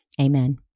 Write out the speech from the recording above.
Amen